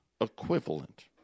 equivalent